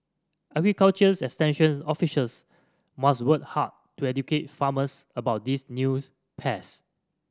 agriculture's extension officers must work hard to educate farmers about these news pest